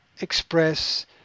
express